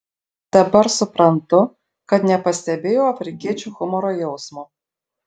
dabar suprantu kad nepastebėjau afrikiečių humoro jausmo